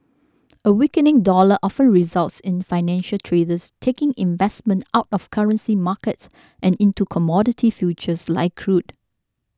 a weakening dollar often results in financial traders taking investment out of currency markets and into commodity futures like crude